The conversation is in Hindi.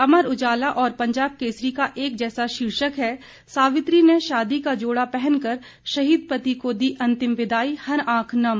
अमर उजाला और पंजाब केसरी का एक जैसा शीर्षक है सावित्री ने शादी का जोड़ा पहनकर शहीद पति को दी अंतिम विदाई हर आंख नम